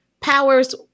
Powers